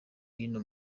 hino